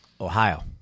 Ohio